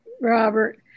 Robert